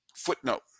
footnote